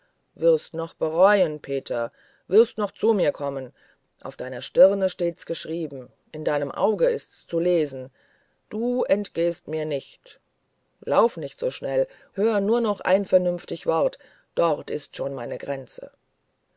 wirst's noch bereuen peter wirst noch zu mir kommen auf deiner stirne steht's geschrieben in deinem auge ist's zu lesen du entgehst mir nicht lauf nicht so schnell höre nur noch ein vernünftig wort dort ist schon meine grenze